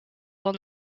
that